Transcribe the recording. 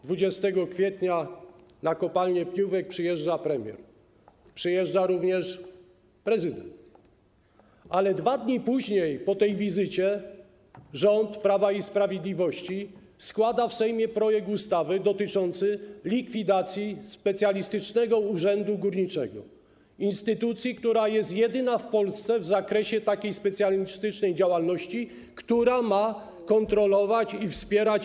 20 kwietnia do kopalni Pniówek przyjeżdża premier, przyjeżdża również prezydent, ale 2 dni później, po tej wizycie rząd Prawa i Sprawiedliwości składa w Sejmie projekt ustawy dotyczący likwidacji Specjalistycznego Urzędu Górniczego, instytucji, która jest jedyna w Polsce w zakresie takiej specjalistycznej działalności, która ma kontrolować, wspierać.